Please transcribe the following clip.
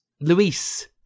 Luis